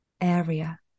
area